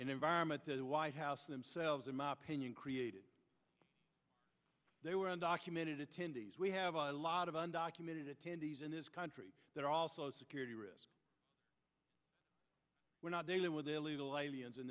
environment to the white house themselves in my opinion created they were undocumented attendees we have a lot of undocumented attendees in this country that are also security risk we're not dealing with illegal aliens in